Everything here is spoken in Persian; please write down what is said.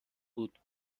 بود